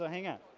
ah hang on.